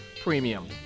premium